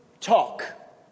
talk